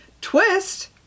twist